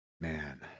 Man